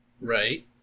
Right